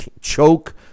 Choke